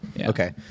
Okay